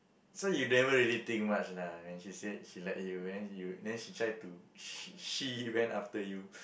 so you never really think much lah when she said she like you then she tried to sh~ she went after you